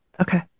okay